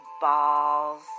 balls